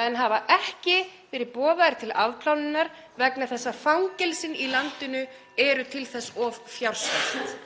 Menn hafa ekki verið boðaðir til afplánunar vegna þess að fangelsin í landinu eru til þess of fjársvelt.